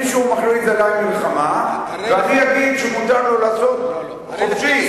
מישהו מכריז עלי מלחמה ואני אגיד שמותר לו לעשות חופשי,